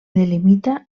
delimita